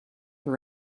for